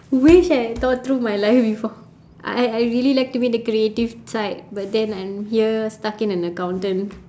wish I had thought through my life before I I really like to be in the creative side but then I'm here stuck in an accountant